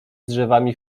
drzewami